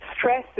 stress